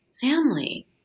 family